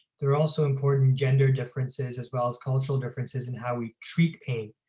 there are also important gender differences, as well as cultural differences in how we treat pain.